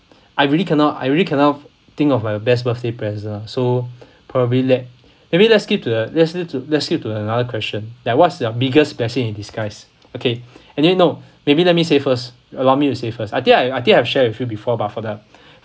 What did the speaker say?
I really cannot I really cannot think of the best birthday present lah so probably let maybe let's skip to uh let's skip to let's skip to another question like what's your biggest blessing in disguise okay I think no maybe let me say first allow me to say first I think I I think I shared with you before about that